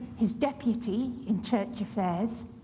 his deputy in church affairs,